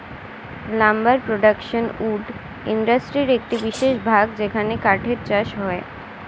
lumber production wood ইন্ডাস্ট্রির একটি বিশেষ ভাগ যেখানে কাঠের চাষ হয়